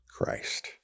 Christ